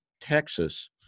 Texas